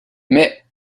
mais